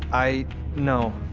i no.